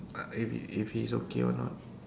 uh if if he's okay or not